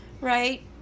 Right